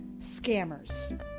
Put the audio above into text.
Scammers